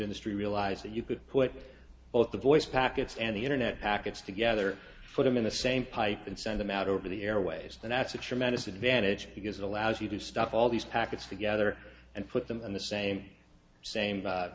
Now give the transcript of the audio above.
industry realized that you could put both the voice packets and the internet packets together put them in the same pipe and send them out over the airways that's a tremendous advantage because it allows you to stuff all these packets together and put them in the same same